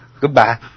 goodbye